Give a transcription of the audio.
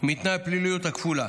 מתנאי הפליליות הכפולה,